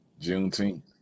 Juneteenth